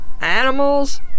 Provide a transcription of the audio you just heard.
animals